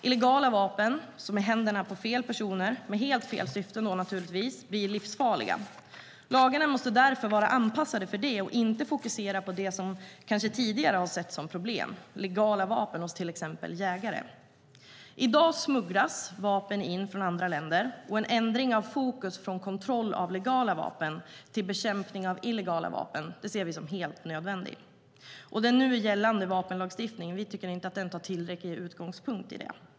Illegala vapen i händerna på fel personer, med helt fel syfte naturligtvis, blir livsfarliga. Lagarna måste därför vara anpassade för det och inte fokusera på det som kanske tidigare har setts som problem, legala vapen hos till exempel jägare. I dag smugglas vapen in från andra länder, och en ändring av fokus från kontroll av legala vapen till bekämpning av illegala vapen ser vi som helt nödvändig. Vi tycker inte att den nu gällande vapenlagstiftningen tar tillräcklig utgångspunkt i det.